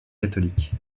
catholiques